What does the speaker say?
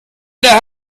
der